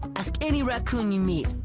ask any raccoon you meet.